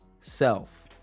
self